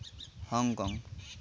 Hong Kong